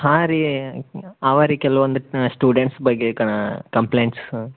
ಹಾಂ ರೀ ಅವೆ ರೀ ಕೆಲವೊಂದು ಸ್ಟೂಡೆಂಟ್ಸ್ ಬಗ್ಗೆ ಕಂಪ್ಲೇಂಟ್ಸು